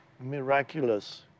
miraculous